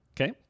Okay